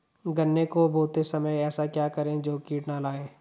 गन्ने को बोते समय ऐसा क्या करें जो कीट न आयें?